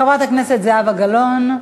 חברת הכנסת זהבה גלאון,